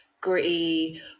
gritty